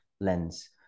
lens